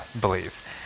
believe